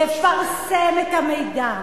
לפרסם את המידע.